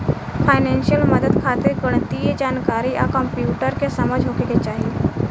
financial मदद खातिर गणितीय जानकारी आ कंप्यूटर के समझ होखे के चाही